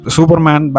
Superman